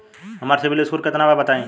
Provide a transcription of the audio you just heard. हमार CIBIL score केतना बा बताईं?